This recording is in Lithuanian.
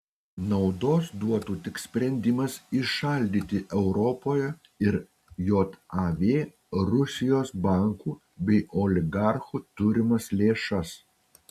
naudos duotų tik sprendimas įšaldyti europoje ir jav rusijos bankų bei oligarchų turimas lėšas